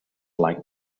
like